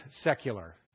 secular